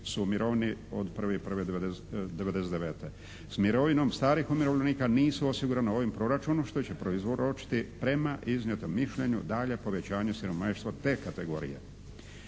su mirovine od 1.1.'99. S mirovinom starih umirovljenika nisu osigurana u ovom proračunu što će prouzročiti prema iznijetom mišljenju dalje povećanje siromaštva te kategorije.